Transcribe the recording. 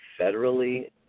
federally-